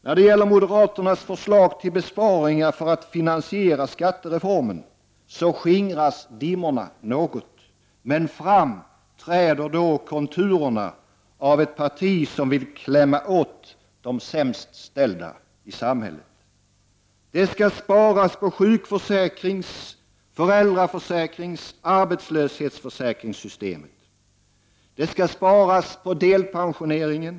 När det gäller moderaternas förslag till besparingar för att finansiera skattereformen skingras dimmorna något, men fram träder då konturerna av ett parti som vill klämma åt de sämst ställda i samhället. Det skall sparas på sjukförsäkrings-, föräldraförsäkringsoch arbetslöshetsförsäkringssystemet. Det skall sparas på delpensioneringen.